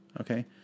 okay